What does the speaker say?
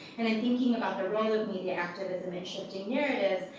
and then thinking about the role of media activism, and shifting narratives,